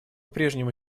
прежнему